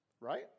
Right